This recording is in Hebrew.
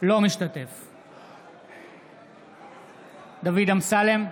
אינו משתתף בהצבעה דוד אמסלם,